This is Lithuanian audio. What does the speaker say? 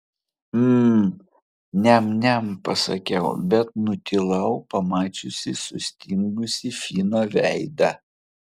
mm niam niam pasakiau bet nutilau pamačiusi sustingusį fino veidą